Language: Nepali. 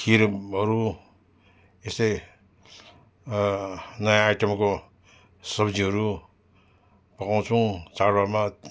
खिरहरू यस्तै नयाँ आइटमको सब्जीहरू पकाउँछौँ चाडबाडमा